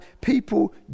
people